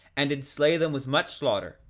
and did slay them with much slaughter,